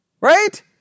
Right